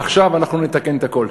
עכשיו אנחנו נתקן את הכול.